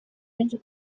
menshi